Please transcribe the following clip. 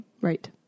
Right